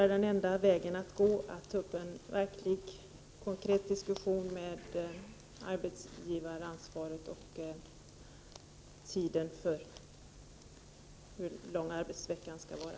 Den enda vägen att gå borde vara att ta upp en verkligt konkret diskussion om arbetsgivaransvaret och om hur lång arbetsveckan skall vara.